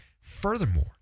Furthermore